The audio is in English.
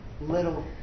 little